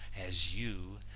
as you,